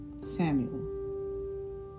Samuel